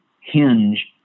hinge